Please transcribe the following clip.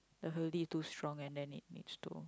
the too strong and then it needs to